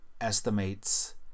estimates